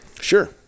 Sure